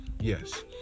Yes